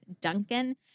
duncan